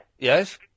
Yes